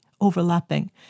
overlapping